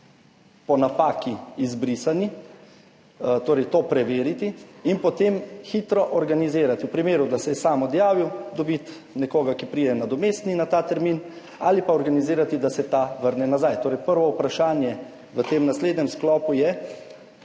po napaki izbrisani, torej to preveriti in potem hitro organizirati, v primeru, da se je sam odjavil, dobiti nekoga nadomestnega, ki pride na ta termin, ali pa organizirati, da se ta vrne nazaj. Torej prvo vprašanje v tem naslednjem sklopu je: